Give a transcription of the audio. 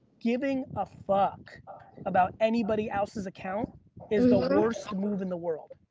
giving a fuck about anybody else's account is the worst move in the world.